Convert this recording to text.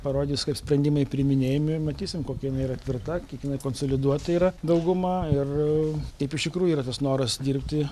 parodys kaip sprendimai priiminėjami matysim kokia jinai yra tvirta kiek jinai konsoliduota yra dauguma ir kaip iš tikrųjų yra tas noras dirbti